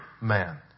man